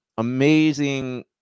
amazing